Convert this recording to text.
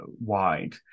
wide